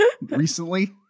recently